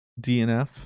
DNF